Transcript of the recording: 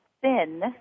thin